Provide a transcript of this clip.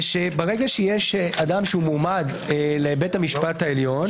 זה שברגע שיש אדם שהוא מועמד לבית המשפט העליון,